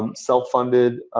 um self-funded.